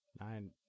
Nine